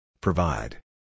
Provide